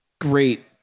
great